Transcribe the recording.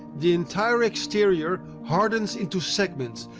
the entire exterior hardens into segments,